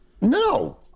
no